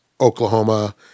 Oklahoma